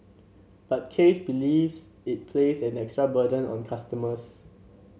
but case believes it place an extra burden on customers